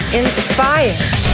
inspired